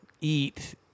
eat